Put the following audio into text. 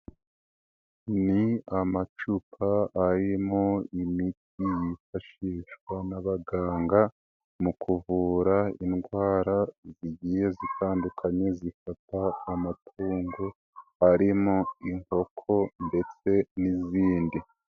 Ni amacupa arimo imiti yifashishwa n'abaganga mu kuvura indwara zigiye zitandukanye zifata amatungo arimo inkoko ndetse n'izindi.